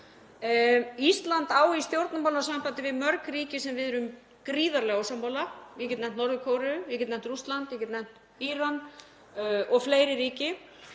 Ísland á í stjórnmálasambandi við mörg ríki sem við erum gríðarlega ósammála. Ég get nefnt Norður-Kóreu, ég get nefnt Rússland, ég get nefnt Íran og fleiri ríki.